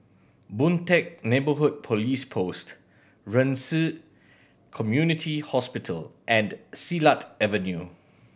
Boon Teck Neighbourhood Police Post Ren Ci Community Hospital and Silat Avenue